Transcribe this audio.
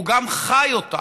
והוא גם חי אותה,